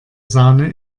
sahne